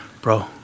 bro